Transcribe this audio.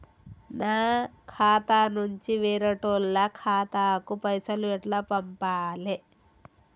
నా ఖాతా నుంచి వేరేటోళ్ల ఖాతాకు పైసలు ఎట్ల పంపాలే?